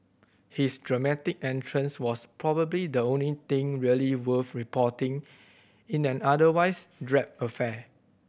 his dramatic entrance was probably the only thing really worth reporting in an otherwise drab affair